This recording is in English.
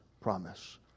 promise